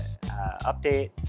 update